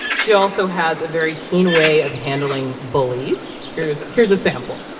she also has a very keen way of handling bullies. here's here's a sample